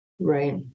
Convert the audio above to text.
right